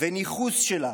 וניכוס שלה